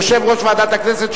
יושב-ראש ועדת הכנסת,